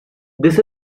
this